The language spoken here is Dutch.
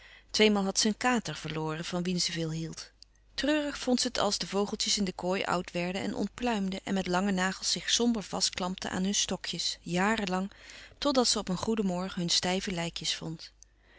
tweemaal had ze een kater verloren van wien ze veel hield treurig vond ze het als de vogeltjes in de kooi oud werden en ontpluimden en met lange nagels zich somber vast klampten aan hun stokjes jaren lang tot dat ze op een goeden morgen hun stijve lijkjes vond